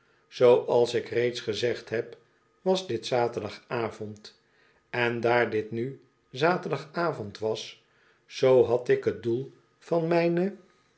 zooals ik reeds gezegd heb was dit zaterdagavond en daar dit nu zaterdagavond was zoo had ik t doel van mijne